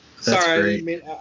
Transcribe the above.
Sorry